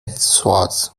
schwartz